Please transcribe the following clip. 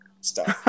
Stop